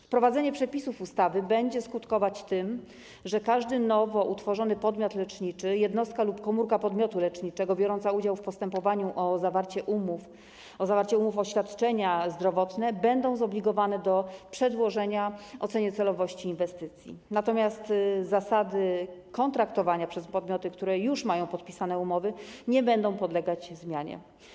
Wprowadzenie przepisów ustawy będzie skutkować tym, że każdy nowo utworzony podmiot leczniczy, jednostka lub komórka podmiotu leczniczego biorąca udział w postępowaniu o zawarcie umów o świadczenia zdrowotne będą zobligowane do przedłożenia oceny celowości inwestycji, natomiast zasady kontraktowania przez podmioty, które już mają podpisane umowy, nie będą podlegać zmianie.